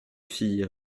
filles